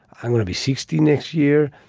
i'm going to be sixty next year.